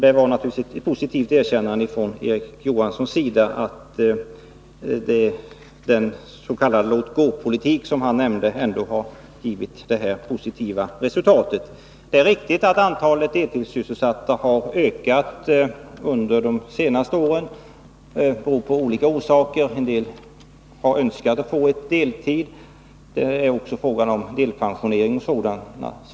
Det var naturligtvis ett positivt erkännande från Erik Johanssons sida; den s.k. låt-gå-politik som han talade om har ändå givit detta positiva resultat. Det är riktigt att antalet deltidssysselsatta har ökat under de senaste åren. Det har olika orsaker. En del har önskat få deltidsarbete. Det är också fråga om delpensionering och sådant.